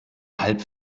halb